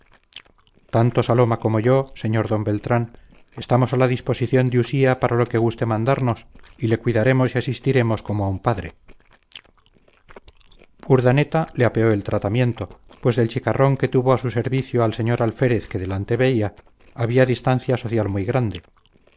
tanto saloma como yo sr d beltrán estamos a la disposición de usía para lo que guste mandarnos y le cuidaremos y asistiremos como a un padre urdaneta le apeó el tratamiento pues del chicarrón que tuvo a su servicio al señor alférez que delante veía había distancia social muy grande